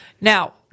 Now